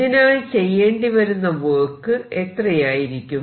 ഇതിനായി ചെയ്യേണ്ടി വരുന്ന വർക്ക് എത്രയായിരിക്കും